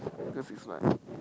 cause it's my